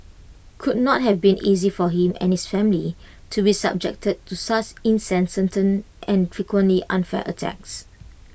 could not have been easy for him and his family to be subjected to such incessant turn and frequently unfair attacks